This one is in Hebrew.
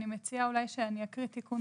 אני מציעה שאני אקרא תיקון,